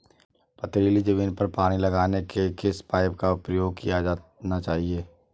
पथरीली ज़मीन पर पानी लगाने के किस पाइप का प्रयोग किया जाना चाहिए?